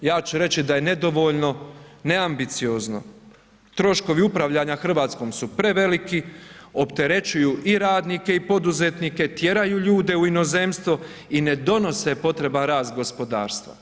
Ja ću reći da je nedovoljno, neambiciozno, troškovi upravljanja Hrvatskom su preveliki, opterećuju i radnike i poduzetnike, tjeraju ljude u inozemstvo i ne donose potreban rast gospodarstva.